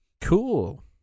Cool